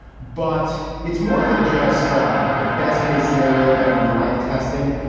but it's more than just ah the best case scenario that we'd like testing.